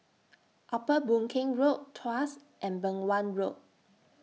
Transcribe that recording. Upper Boon Keng Road Tuas and Beng Wan Road